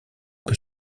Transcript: que